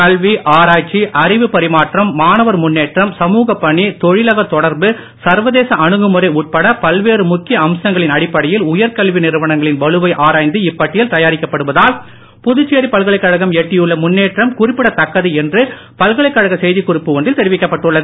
கல்வி ஆராய்ச்சி அறிவு பரிமாற்றம் மாணவர் முன்னேற்றம் சமூகப் பணி தொழிலகத் தொடர்பு சர்வதேச அணுகுமுறை உட்படப் பல்வேறு முக்கிய அம்சங்களின் அடிப்படையில் உயர்கல்வி நிறுவனங்களின் வலுவை ஆராய்ந்து இப்பட்டியல் தயாரிக்கப் படுவதால் புதுச்சேரி பல்கலைக்கழகம் எட்டியுள்ள முன்னேற்றம் குறிப்பிடத் தக்கது என்று பல்கலைக் கழக செய்திக்குறிப்பு ஒன்றில் தெரிவிக்கப் பட்டுள்ளது